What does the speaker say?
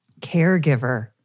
caregiver